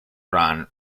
run